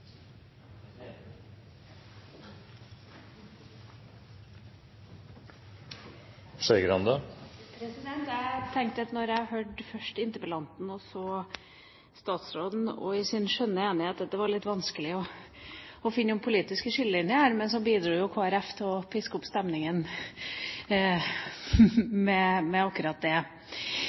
Jeg tenkte, da jeg først hørte interpellanten og så statsråden i sin skjønneste enighet, at det var litt vanskelig å finne noen politiske skillelinjer, men så bidro jo Kristelig Folkeparti til å piske opp stemningen med akkurat det.